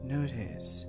Notice